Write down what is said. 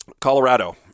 colorado